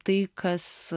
tai kas